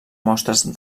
mostres